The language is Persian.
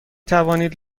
توانید